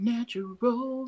Natural